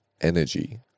energy